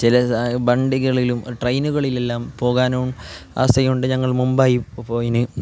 ചില വണ്ടികളിലും ട്രെയിനുകളിലുമെല്ലാം പോവാനും ആശ ഉണ്ട് ഞങ്ങൾ മുംബൈ ഇപ്പം പോയിരുന്നു